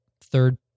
third